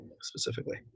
specifically